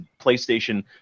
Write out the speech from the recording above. PlayStation